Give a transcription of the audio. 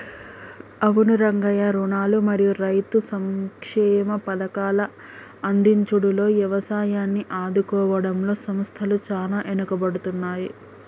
అవును రంగయ్య రుణాలు మరియు రైతు సంక్షేమ పథకాల అందించుడులో యవసాయాన్ని ఆదుకోవడంలో సంస్థల సాన ఎనుకబడుతున్నాయి